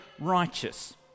righteous